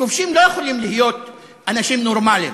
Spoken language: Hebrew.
כובשים לא יכולים להיות אנשים נורמליים.